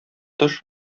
тыш